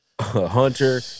hunter